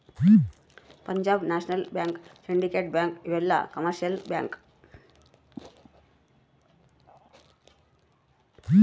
Punjab National Bank Syndicate Bank ಇವೆಲ್ಲ commercial bank